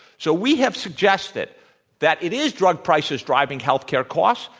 so, we have suggested that it is drug prices driving health care costs,